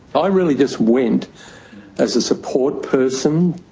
i really just went as a support person,